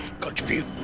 contribute